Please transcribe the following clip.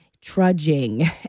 trudging